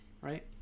right